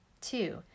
Two